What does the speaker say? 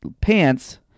pants